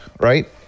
Right